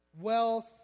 wealth